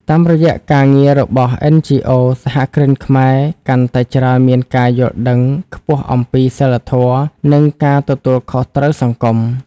តាមរយៈការងាររបស់ NGOs សហគ្រិនខ្មែរកាន់តែច្រើនមានការយល់ដឹងខ្ពស់អំពី "សីលធម៌ និងការទទួលខុសត្រូវសង្គម"។